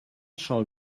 shall